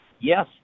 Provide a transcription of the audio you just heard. yes